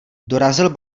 dorazil